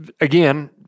again